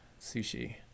sushi